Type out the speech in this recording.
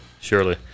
surely